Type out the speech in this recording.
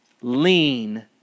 lean